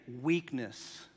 weakness